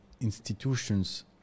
institutions